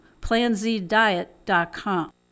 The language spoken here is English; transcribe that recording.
planzdiet.com